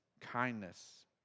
kindness